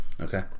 Okay